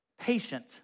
Patient